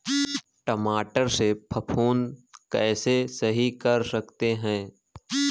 टमाटर से फफूंदी कैसे सही कर सकते हैं?